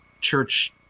church